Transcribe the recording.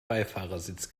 beifahrersitz